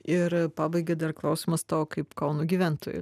ir pabaigai dar klausimas tau kaip kauno gyventojui